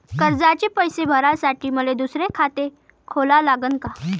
कर्जाचे पैसे भरासाठी मले दुसरे खाते खोला लागन का?